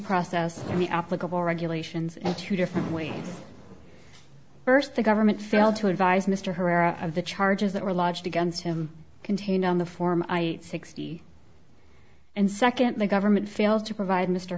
the applicable regulations in two different ways first the government failed to advise mr herrera of the charges that were lodged against him contained on the form sixty and second the government failed to provide mr